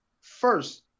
first